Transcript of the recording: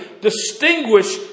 distinguish